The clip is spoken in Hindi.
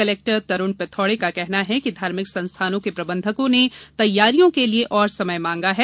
कलेक्टर तरूण पिथोड़े का कहना है कि धार्मिक संस्थानों के प्रबंधकों ने तैयारियों के लिये और समय मांगा है